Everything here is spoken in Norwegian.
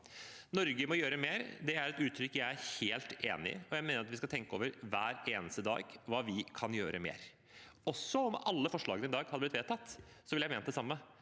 Norge må gjøre mer. Det er et uttrykk jeg er helt enig i. Jeg mener vi hver dag skal tenke over hva mer vi kan gjøre. Også om alle forslagene i dag hadde blitt vedtatt, ville jeg ment det samme.